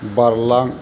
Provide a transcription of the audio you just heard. बारलां